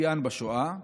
ושיאן בשואה,